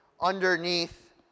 underneath